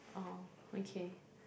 orh okay